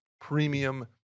premium